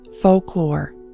folklore